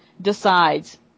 decides